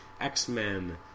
X-Men